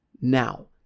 now